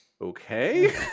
Okay